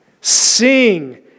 sing